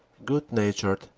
good-natured,